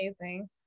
amazing